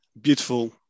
beautiful